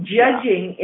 judging